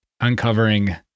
uncovering